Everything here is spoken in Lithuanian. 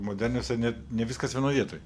modernios ir net ne viskas vienoj vietoj